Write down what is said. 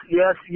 yes